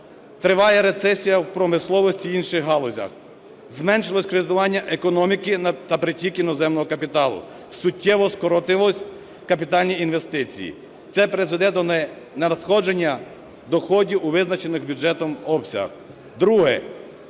Триває рецесія в промисловості і інших галузях. Зменшилось кредитування економіки на притік іноземного капіталу, суттєво скоротились капітальні інвестиції, і це призведе до ненадходження доходів у визначених бюджетом обсягах. Друге.